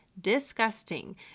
disgusting